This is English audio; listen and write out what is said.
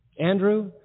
Andrew